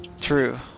True